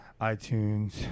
iTunes